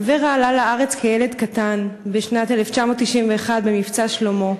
אברה עלה לארץ כילד קטן בשנת 1991 ב"מבצע שלמה"